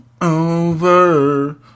Over